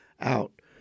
out